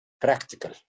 practical